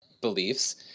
beliefs